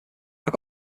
got